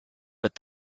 but